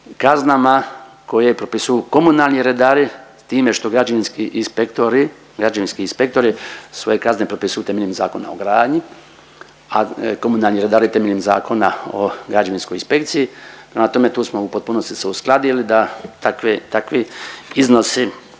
kaznama koje propisuju komunalni redari s time što građevinski inspektori, građevinski inspektori svoje kazne propisuju temeljem Zakona o gradnji, a komunalni redari temeljem Zakona o građevinskoj inspekciji, prema tome tu smo u potpunosti se uskladili da takve, takvi